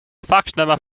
faxnummer